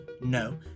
no